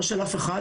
לא של אף אחד,